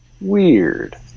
Weird